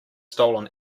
stolen